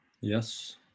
Yes